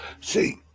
See